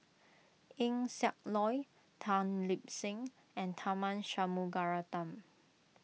Eng Siak Loy Tan Lip Seng and Tharman Shanmugaratnam